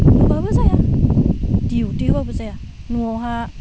होआब्लाबो जाया डिउटिब्लाबो जाया न'आवहा